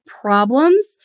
problems